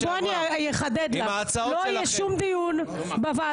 בואי אני אחדד לך: לא יהיה שום דיון בוועדות